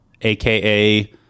aka